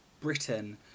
Britain